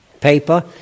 paper